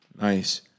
Nice